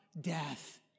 death